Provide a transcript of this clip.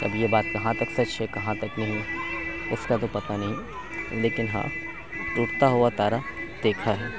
اب یہ بات کہاں تک سچ ہے کہاں تک نہیں اُس کا تو پتہ نہیں لیکن ہاں ٹوٹتا ہُوا تارہ دیکھا ہے